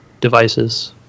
devices